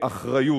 באחריות.